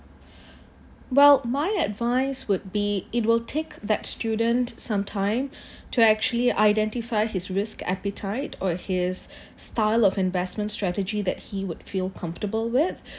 well my advice would be it will take that student some time to actually identify his risk appetite or his style of investment strategy that he would feel comfortable with